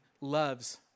loves